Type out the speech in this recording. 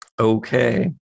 Okay